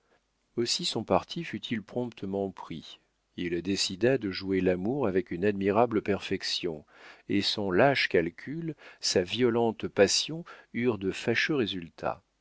aussi son parti fut-il promptement pris il décida de jouer l'amour avec une admirable perfection et son lâche calcul sa violente passion eurent de fâcheux résultats